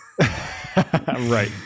Right